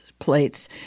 plates